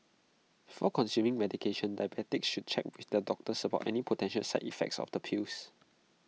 before consuming medication diabetics should check with their doctors about any potential side effects of the pills